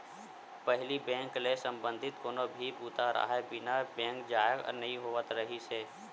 पहिली बेंक ले संबंधित कोनो भी बूता राहय बिना बेंक जाए नइ होवत रिहिस हे